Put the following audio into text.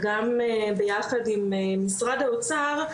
וגם ביחד עם משרד האוצר,